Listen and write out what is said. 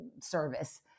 Service